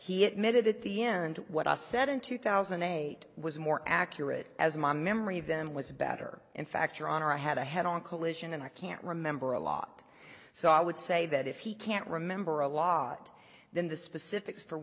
he admitted at the end what i said in two thousand and eight was more accurate as my memory of them was better in fact your honor i had a head on collision and i can't remember a lot so i would say that if he can't remember a lot then the specifics for